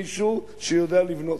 מישהו שיודע לבנות.